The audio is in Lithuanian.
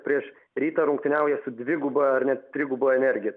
prieš rytą rungtyniauja su dviguba ar net triguba energija